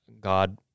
god